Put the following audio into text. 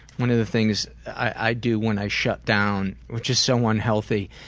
one of the things i do when i shut down which is so unhealthy,